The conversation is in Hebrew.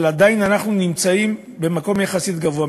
אבל עדיין אנחנו נמצאים במקום יחסית גבוה,